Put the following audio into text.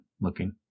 looking